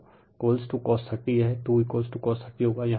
तो cos 30 यह 2 cos 30 होगा